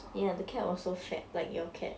ya the cat was so fat like your cat